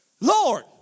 Lord